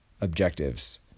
objectives